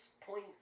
point